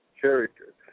character